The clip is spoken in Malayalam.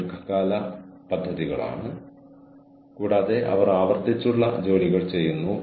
നിങ്ങൾ എല്ലാവരും ഈ കോഴ്സുകൾക്കായി രജിസ്റ്റർ ചെയ്യുക